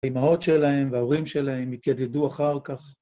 האמהות שלהם וההורים שלהם יתיידדו אחר כך.